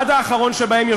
עד האחרון שבהם,